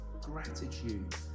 Gratitude